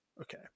Okay